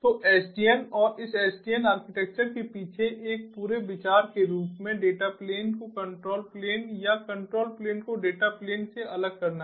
तो SDN और इस SDN आर्किटेक्चर के पीछे एक पूरे विचार के रूप में डेटा प्लेन को कंट्रोल प्लेन या कंट्रोल प्लेन को डेटा प्लेन से अलग करना है